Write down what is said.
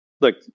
Look